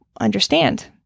understand